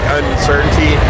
uncertainty